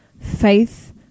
faith